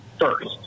first